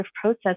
process